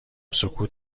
سکوت